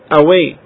away